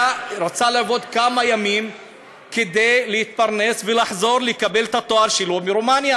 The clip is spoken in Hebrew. ורצה לעבוד כמה ימים כדי להתפרנס ולחזור ולקבל את התואר שלו ברומניה.